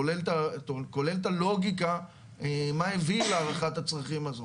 כולל את הלוגיקה מה הביא להערכת הצרכים הזו.